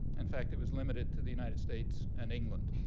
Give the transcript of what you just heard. in fact, it was limited to the united states and england,